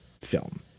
film